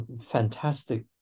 fantastic